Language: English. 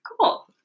Cool